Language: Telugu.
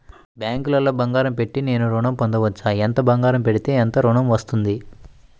బ్యాంక్లో బంగారం పెట్టి నేను ఋణం పొందవచ్చా? ఎంత బంగారం పెడితే ఎంత ఋణం వస్తుంది?